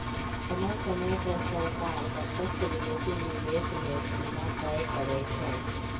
समय समय पर सरकार प्रत्यक्ष विदेशी निवेश लेल सीमा तय करइ छै